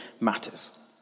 matters